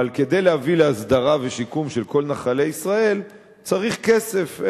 אבל כדי להביא להסדרה ושיקום של כל נחלי ישראל צריך כסף,